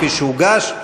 כפי שהוגש.